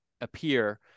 appear